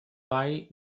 buy